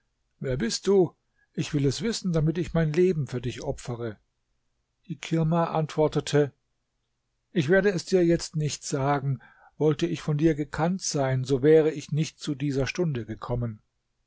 wer bist du ich will es wissen damit ich mein leben für dich opfere ikirma antwortete ich werde es dir jetzt nicht sagen wollte ich von dir gekannt sein so wäre ich nicht zu dieser stunde gekommen